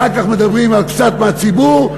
אחר כך מדברים על קצת מהציבור,